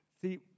See